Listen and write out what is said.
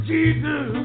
Jesus